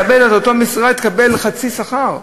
מקבלת באותה משרה חצי שכר.